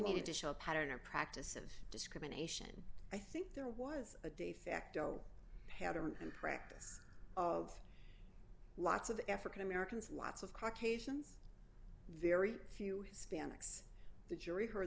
need to show a pattern or practice of discrimination i think there was a de facto pattern and practice of lots of african americans lots of caucasians very few hispanics the jury heard